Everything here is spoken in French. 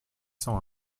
cent